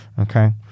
okay